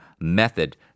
method